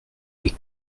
les